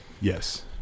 Yes